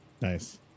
Nice